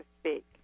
speak